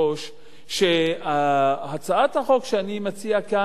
שהצעת החוק שאני מציע כאן מאפשרת,